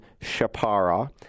Shapara